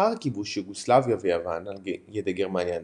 לאחר כיבוש יוגוסלביה ויוון על ידי גרמניה הנאצית,